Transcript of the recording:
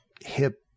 hip